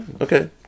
okay